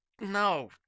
No